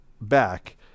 back